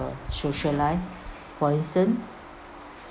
social life for instance